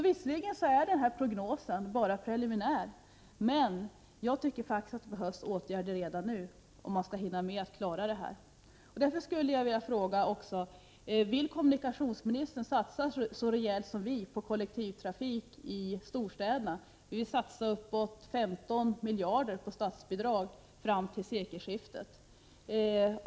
Visserligen är transportrådets prognos bara preliminär, men jag tycker att det behövs åtgärder redan nu om man skall hinna klara detta. Jag skulle därför vilja fråga om kommunikationsministern vill satsa så rejält som vi vill på kollektivtrafik i storstäderna. Vi vill satsa uppåt 15 miljarder på statsbidrag fram till sekelskiftet.